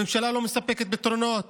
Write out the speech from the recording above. הממשלה לא מספקת פתרונות